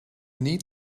need